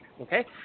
Okay